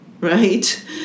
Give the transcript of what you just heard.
right